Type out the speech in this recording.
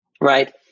right